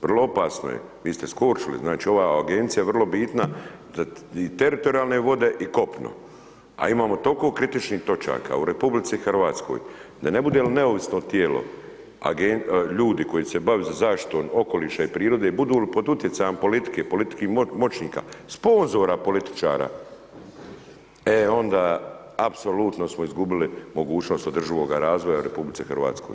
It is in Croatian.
Vrlo opasno je, vi ste s Korčule, znači ova agencija je vrlo bitna i za teritorijalne vode i kopno a imamo toliko kritičnih točaka u RH da ne bude li neovisno tijelo ljudi koji će se baviti zaštitom okoliša i prirode i budu li pod utjecajem politike i političkih moćnika sponzora političara e onda apsolutno smo izgubili mogućnost održivoga razvoja u RH.